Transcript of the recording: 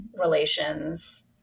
relations